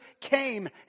came